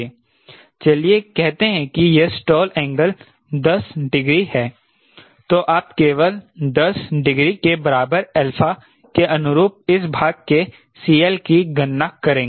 चलिए कहते हैं कि यह स्टॉल एंगल 10 डिग्री है तो आप केवल 10 डिग्री के बराबर α के अनुरूप इस भाग के CL की गणना करेंगे